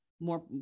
more